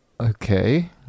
Okay